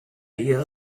ihr